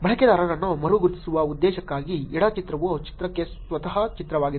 ಬಳಕೆದಾರರನ್ನು ಮರು ಗುರುತಿಸುವ ಉದ್ದೇಶಕ್ಕಾಗಿ ಎಡ ಚಿತ್ರವು ಚಿತ್ರಕ್ಕೆ ಸ್ವಾಯತ್ತ ಚಿತ್ರವಾಗಿದೆ